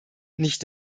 nicht